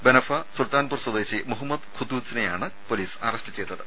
ബനഫ സുൽത്താൻപുർ സ്വദേശി മുഹമ്മദ് ഖുദ്ധൂസിനെയാണ് police arrest ചെയ്തത്